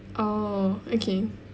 oh okay